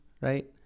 right